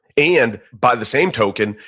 and by the same token,